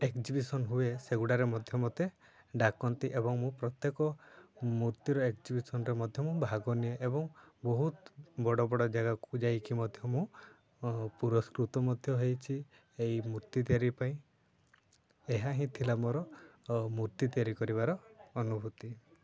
exhibition ହୁଏ ସେଗୁଡ଼ାରେ ମଧ୍ୟ ମୋତେ ଡାକନ୍ତି ଏବଂ ମୁଁ ପ୍ରତ୍ୟେକ ମୂର୍ତ୍ତିର ଏଗ୍ଜିବିସନ୍ରେ ମଧ୍ୟ ମୁଁ ଭାଗ ନିଏ ଏବଂ ବହୁତ ବଡ଼ ବଡ଼ ଜାଗାକୁ ଯାଇକି ମଧ୍ୟ ମୁଁ ପୁରସ୍କୃତ ମଧ୍ୟ ହେଇଛି ଏହି ମୂର୍ତ୍ତି ତିଆରି ପାଇଁ ଏହା ହିଁ ଥିଲା ମୋର ମୂର୍ତ୍ତି ତିଆରି କରିବାର ଅନୁଭୂତି